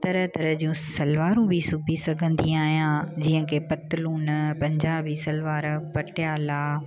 तरह तरह जूं सलवारूं बि सिबी सघंदी आहियां जीअं की पतलून पंजाबी सलवार पटियाला